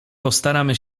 postaramy